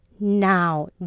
Now